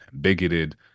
bigoted